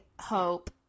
hope